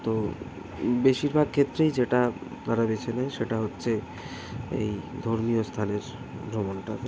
তো বেশিরভাগ ক্ষেত্রেই যেটা তারা বেছে নেয় সেটা হচ্ছে এই ধর্মীয় স্থানের ভ্রমণটাকে